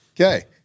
Okay